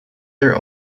their